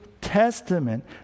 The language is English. Testament